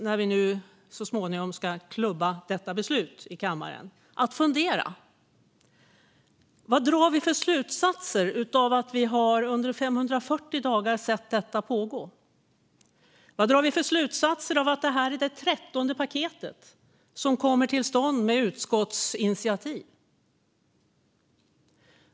När vi så småningom ska klubba detta beslut i kammaren tycker jag ändå att det finns skäl för oss att fundera över vilka slutsatser vi drar av att ha sett detta pågå i 540 dagar. Vilka slutsatser drar vi av att detta är det 13:e paket som kommer till stånd genom utskottsinitiativ?